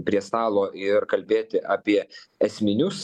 prie stalo ir kalbėti apie esminius